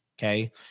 Okay